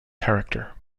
character